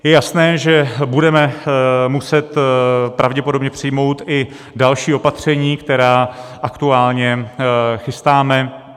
Je jasné, že budeme muset pravděpodobně přijmout i další opatření, která aktuálně chystáme.